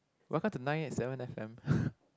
welcome to nine eight seven f_m